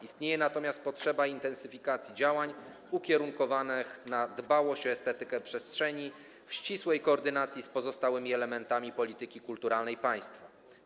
Istnieje natomiast potrzeba intensyfikacji działań ukierunkowanych na dbałość o estetykę przestrzeni w ścisłej koordynacji z pozostałymi elementami polityki kulturalnej państwa.